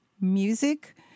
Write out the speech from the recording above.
music